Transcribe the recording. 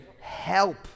help